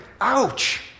ouch